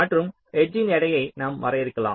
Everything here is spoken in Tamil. மற்றும் எட்ஜ் இன் எடையை நாம் வரையறுக்கலாம்